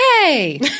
Hey